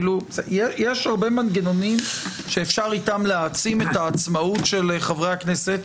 יש הרבה מנגנונים שאיתם אפשר להעצים את העצמאות של חברי הכנסת.